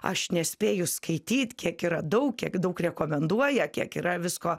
aš nespėju skaityt kiek yra daug kiek daug rekomenduoja kiek yra visko